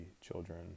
children